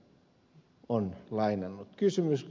salolainen on käyttänyt